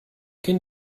can